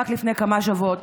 רק לפני כמה שבועות,